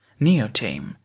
neotame